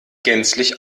gänzlich